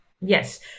Yes